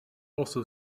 also